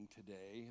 today